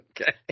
Okay